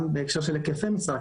גם בהקשר של היקפי משרה,